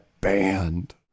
banned